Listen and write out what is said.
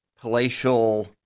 palatial